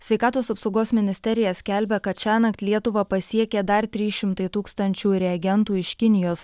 sveikatos apsaugos ministerija skelbia kad šiąnakt lietuvą pasiekė dar trys šimtai tūkstančių reagentų iš kinijos